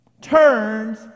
turns